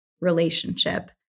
relationship